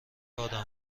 آدم